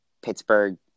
Pittsburgh